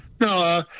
No